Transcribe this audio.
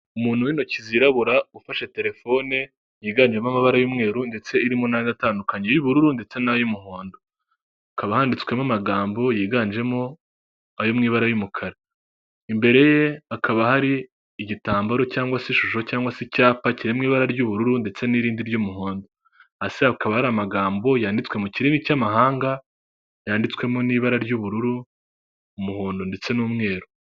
Umuntu w'intoki zirabura ufashe telefone, yiganjemo amabara y'umweru ndetse irimo n'andi atandukanye y'ubururu, ndetse n'ay'umuhondo. Hakaba handitswemo amagambo yiganjemo ayo mu ibara ry'umukara. Imbere ye hakaba hari igitambaro cyangwa se ishusho cyangwa se icyapa, kirimo ibara ry'ubururu ndetse n'irindi ry'umuhondo. Hasi hakaba hari amagambo yanditswe mu kirimi cy'amahanga, yanditswemo n'ibara ry'ubururu, umuhondo ndetse n'umweru.